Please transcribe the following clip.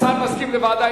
השר מסכים לוועדה.